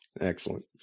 Excellent